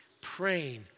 Praying